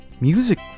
music